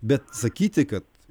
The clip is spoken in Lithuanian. bet sakyti kad